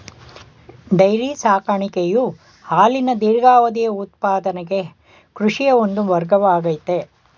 dairy ಸಾಕಾಣಿಕೆಯು ಹಾಲಿನ ದೀರ್ಘಾವಧಿಯ ಉತ್ಪಾದನೆಗೆ ಕೃಷಿಯ ಒಂದು ವರ್ಗವಾಗಯ್ತೆ